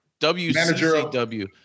WCW